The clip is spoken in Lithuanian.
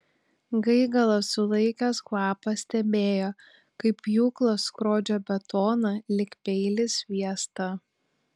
gaigalas sulaikęs kvapą stebėjo kaip pjūklas skrodžia betoną lyg peilis sviestą